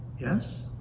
Yes